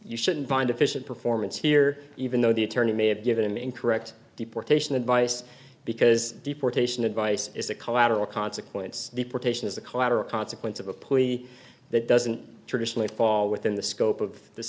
you shouldn't find efficient performance here even though the attorney may have given an incorrect deportation advice because deportation advice is a collateral consequence deportation is a collateral consequence of a plea that doesn't traditionally fall within the scope of the